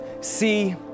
see